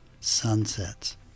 sunsets